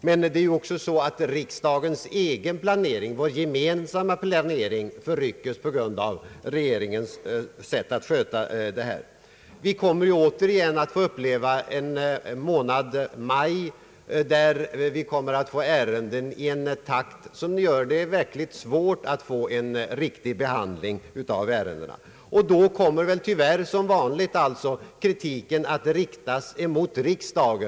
Men det är också på det sättet att riksdagens egen planering förrycks med anledning av regeringens sätt att sköta sitt arbete. Vi kommer återigen att få uppleva en månad maj då vi kommer att få ärendena i en sådan takt att det blir verkligt svårt att behandla dem på ett riktigt sätt. Tyvärr kommer väl då, som vanligt, kritiken att riktas mot riksdagen.